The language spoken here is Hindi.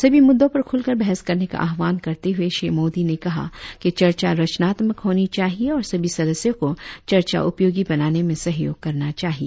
सभी मुद्दों पर खुलकर बहस करने का आह्वान करते हुए श्री मोदी ने कहा कि चर्चा रचनात्मक होनी चाहिए और सभी सदस्यों को चर्चा उपयोगी बनाने में सहयोग करना चाहिए